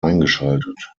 eingeschaltet